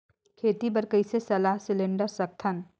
खेती बर कइसे सलाह सिलेंडर सकथन?